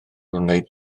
wneud